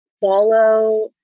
follow